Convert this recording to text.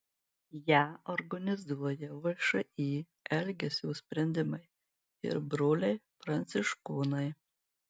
ją organizuoja všį elgesio sprendimai ir broliai pranciškonai